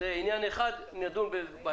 אחרי כן אנחנו רוצים להוריד את המילים: